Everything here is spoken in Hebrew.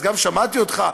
אז גם שמעתי אותך,